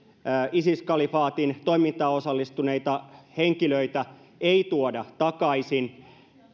isis kalifaatin toimintaan osallistuneita henkilöitä ei tuoda takaisin